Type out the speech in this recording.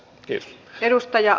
arvoisa puhemies